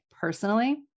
personally